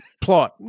Plot